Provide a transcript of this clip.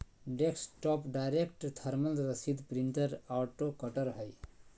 desktop direct thermal रसीद printer auto cutter हइ